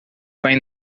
find